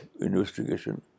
investigation